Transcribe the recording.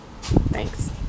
thanks